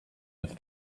with